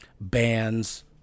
bands